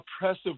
oppressive